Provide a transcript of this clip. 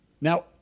Now